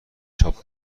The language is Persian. چاپ